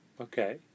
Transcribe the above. Okay